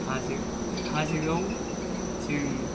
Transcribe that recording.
हाजो हाजोआव जों